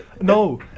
No